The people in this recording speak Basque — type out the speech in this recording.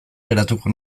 geratuko